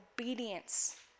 obedience